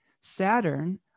Saturn